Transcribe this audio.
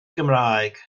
gymraeg